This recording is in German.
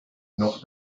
noch